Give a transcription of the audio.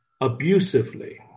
abusively